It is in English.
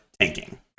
tanking